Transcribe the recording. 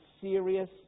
serious